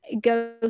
go